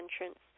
entrance